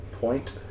point